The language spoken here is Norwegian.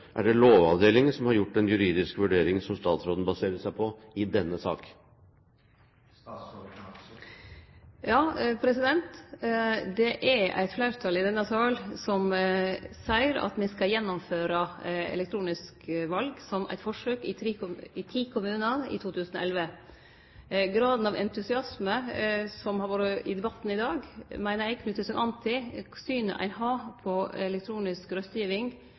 Er det Lovavdelingen som har gjort den juridiske vurderingen som statsråden baserer seg på i denne sak? Det er eit fleirtal i denne sal som seier at me skal gjennomføre elektronisk val som eit forsøk i ti kommunar i 2011. Graden av entusiasme som har vore i debatten i dag, meiner eg knyter seg til kva syn ein har på elektronisk